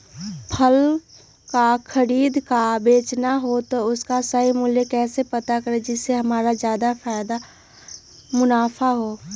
फल का खरीद का बेचना हो तो उसका सही मूल्य कैसे पता करें जिससे हमारा ज्याद मुनाफा हो?